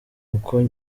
uko